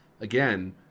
again